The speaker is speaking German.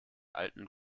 alten